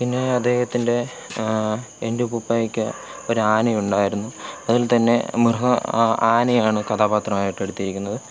പിന്നെ അദ്ദേഹത്തിൻ്റെ എൻ്റെ ഉപ്പൂപ്പായ്ക്ക് ഒരു ആന ഉണ്ടായിരുന്നു അതിൽ തന്നെ മൃഗ ആ ആനയാണ് കഥാപാത്രമായിട്ട് എടുത്തിരിക്കുന്നത്